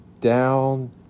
Down